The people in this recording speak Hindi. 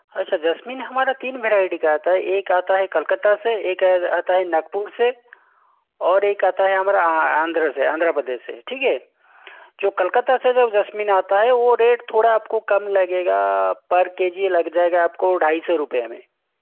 अच्छा जैस्मिन हमारा तीन वैराइटी का आता है एक आता है कलकता से एक आता है नागपुर से और एक आता है हमारा आंध्र से आंध्र प्रदेश से ठीक है जो कलकता से जो जैस्मिन आता है वो रेट थोड़ा आप को कम लगेगा पर के जी लग जाएगा आप को ढाई सौ रुपये में